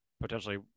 potentially